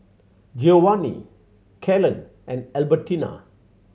Giovanni Kalen and Albertina